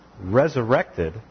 resurrected